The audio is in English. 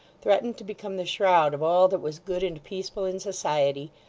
threatened to become the shroud of all that was good and peaceful in society,